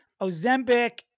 Ozempic